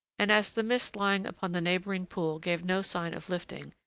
and, as the mist lying upon the neighboring pool gave no sign of lifting,